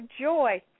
joy